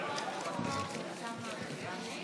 כהצעת הוועדה,